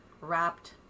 wrapped